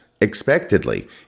expectedly